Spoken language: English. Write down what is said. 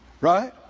Right